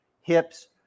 hips